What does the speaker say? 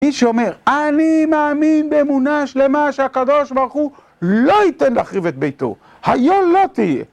איש שאומר אני מאמין באמונה שלמה שהקדוש ברוך הוא לא ייתן להחריב את ביתו, היו לא תהיה